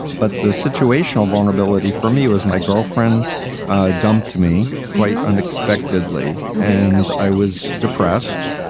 but the situational vulnerability for me was my girlfriend dumped me quite unexpectedly and i was depressed.